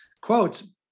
quotes